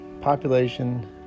Population